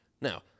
Now